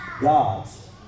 gods